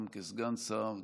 גם כסגן שר,